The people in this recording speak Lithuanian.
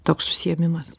toks užsiėmimas